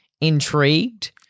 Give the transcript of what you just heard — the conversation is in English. intrigued